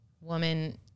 woman